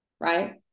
right